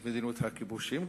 את מדיניות הכיבושים.